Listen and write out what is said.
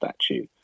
statue